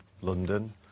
London